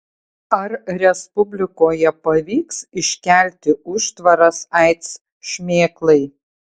ar respublikoje pavyks iškelti užtvaras aids šmėklai